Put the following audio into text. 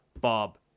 Bob